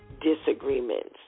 disagreements